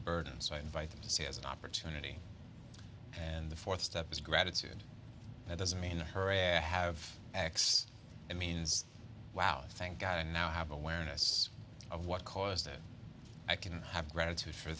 burden so i invite them to see as an opportunity and the fourth step is gratitude that doesn't mean her a i have x it means wow thank god i now have awareness of what caused it i can have gratitude for